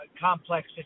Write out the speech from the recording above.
complex